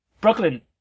Brooklyn